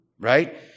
right